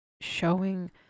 showing